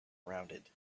rounded